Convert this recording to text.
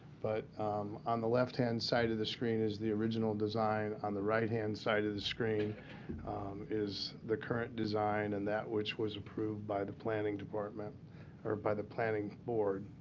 but on the left-hand side of the screen is the original design. on the right-hand side of the screen is the current design, and that which was approved by the planning department or by the planning board.